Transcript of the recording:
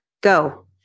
Go